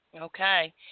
Okay